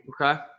Okay